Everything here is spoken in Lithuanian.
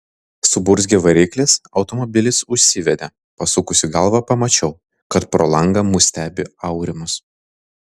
suburzgė variklis automobilis užsivedė pasukusi galvą pamačiau kad pro langą mus stebi aurimas